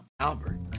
Albert